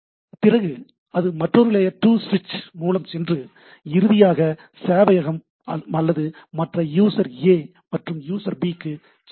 பிறகு அது மற்றொரு லேயர் 2 ஸ்விட்ச் மூலம் சென்று இறுதியாக சேவையகம் அல்லது மற்ற யூசர் A மற்றும் யூசர் B க்கு செல்லலாம்